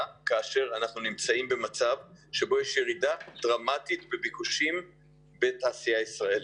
כאשר אנחנו נמצאים במצב שבו יש ירידה דרמטית בביקושים בתעשייה הישראלית.